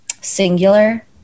singular